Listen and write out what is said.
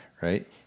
right